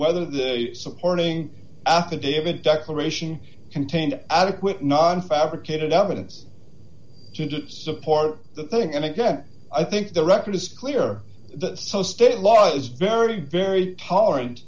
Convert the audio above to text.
whether the supporting affidavit declaration contained adequate non fabricated evidence to support the thing and again i think the record is clear the state law is very very tolerant